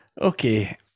okay